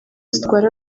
zitwara